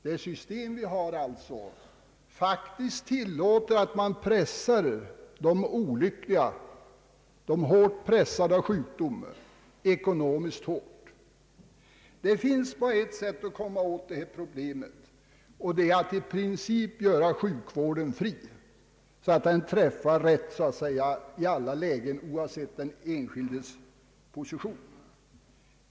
Det nuvarande systemet tillåter faktiskt att de som är hårt pressade av sjukdom drabbas hårt ekonomiskt. Det finns bara ett sätt att lösa detta problem, och det är att i princip göra sjukvården fri så att den kan åtnjutas så att säga i alla lägen, oavsett den enskildes position.